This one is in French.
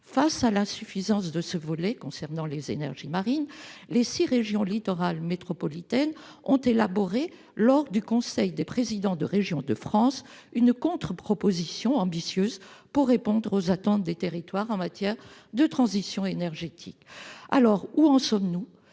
Face à l'insuffisance de ce volet, concernant les énergies marines, les six régions littorales métropolitaines ont élaboré, lors du conseil des présidents de régions de France, une contre-proposition ambitieuse pour répondre aux attentes des territoires en matière de transition énergétique. Où en sommes-nous ?